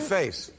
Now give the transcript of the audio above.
face